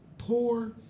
Poor